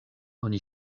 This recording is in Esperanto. oni